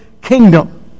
kingdom